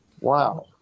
wow